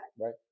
Right